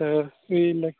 तऽ एहिलेल